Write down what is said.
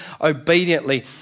obediently